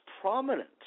prominent